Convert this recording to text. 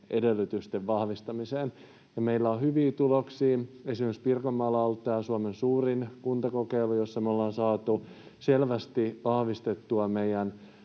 edellytysten vahvistamiseen. Meillä on hyviä tuloksia. Esimerkiksi Pirkanmaalla on ollut tämä Suomen suurin kuntakokeilu, jossa me ollaan saatu selvästi vahvistettua meidän